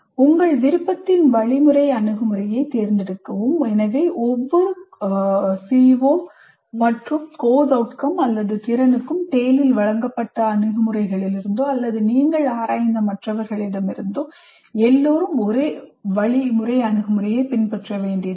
உங்கள் விருப்பத்தின் வழிமுறை அணுகுமுறையைத் தேர்ந்தெடுக்கவும் எனவே ஒவ்வொரு CO மற்றும் அல்லது திறனுக்கும் TALE இல் வழங்கப்பட்ட அணுகுமுறைகளிலிருந்தோ அல்லது நீங்கள் ஆராய்ந்த மற்றவர்களிடமிருந்தோ எல்லோரும் ஒரே வழிமுறை அணுகுமுறையைப் பின்பற்ற வேண்டியதில்லை